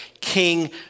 King